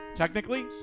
Technically